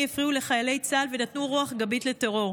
הפריעו לחיילי צה"ל ונתנו רוח גבית לטרור.